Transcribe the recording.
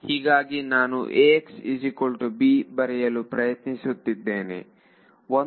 ಹೀಗಾಗಿ ನಾನು ಬರೆಯಲು ಪ್ರಯತ್ನಿಸುತ್ತಿದ್ದೇನೆ